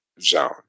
zone